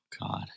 God